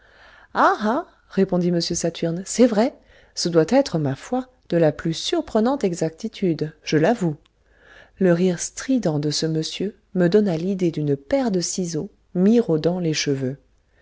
répondit m saturne c'est vrai ce doit être ma foi de la plus surprenante exactitude je l'avoue le rire strident de ce monsieur me donna l'idée d'une paire de ciseaux miraudant les cheveux